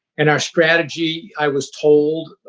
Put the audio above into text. and our strategy, i was told,